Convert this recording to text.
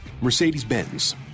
Mercedes-Benz